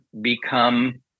become